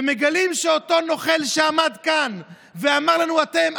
ומגלים שאותו נוכל שעמד כאן ואמר לנו: אתם,